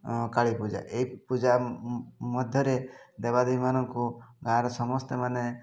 କାଳୀ ପୂଜା ଏଇ ପୂଜା ମଧ୍ୟରେ ଦେବା ଦେବୀମାନଙ୍କୁ ଗାଁ'ରେ ସମସ୍ତେ ମାନେ